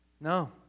No